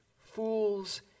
Fools